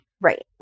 Right